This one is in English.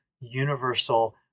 universal